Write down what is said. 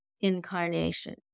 incarnation